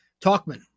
Talkman